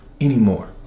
anymore